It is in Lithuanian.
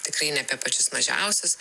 tikrai ne apie pačius mažiausius